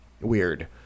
weird